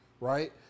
right